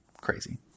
crazy